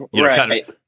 right